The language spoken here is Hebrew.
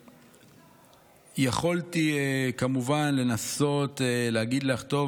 יכולתי כמובן לנסות להגיד לך: טוב,